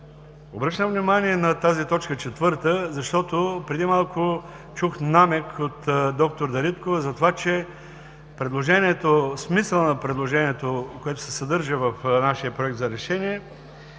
Обръщам внимание на тази т. 4, защото преди малко чух намек от доктор Дариткова за това, че смисълът на предложението, което се съдържа в нашия Проект за решение,